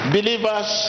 Believers